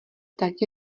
tak